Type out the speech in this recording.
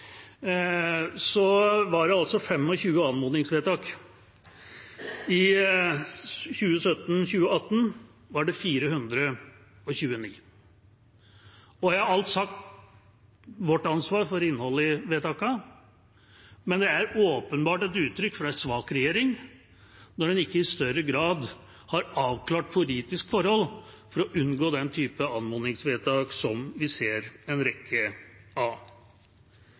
var det 25 anmodningsvedtak. I 2017–2018 var det 429. Jeg har alt gitt uttrykk for vårt ansvar for innholdet i vedtakene, men det er et åpenbart uttrykk for en svak regjering når en ikke i større grad har avklart politiske forhold for å unngå den typen anmodningsvedtak som vi ser en rekke av.